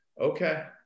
Okay